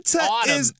autumn